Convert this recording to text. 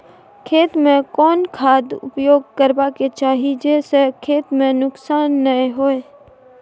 खेत में कोन खाद उपयोग करबा के चाही जे स खेत में नुकसान नैय होय?